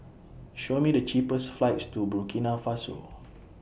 Show Me The cheapest flights to Burkina Faso